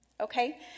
Okay